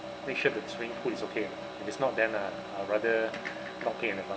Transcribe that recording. make sure the swimming pool is okay uh if it's not then uh I'll rather not pay in advance